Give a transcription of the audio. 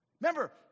Remember